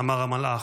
אמר המלאך.